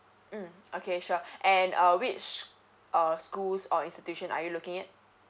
mm okay sure and uh which uh schools or instituition are you looking at